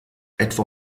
etwa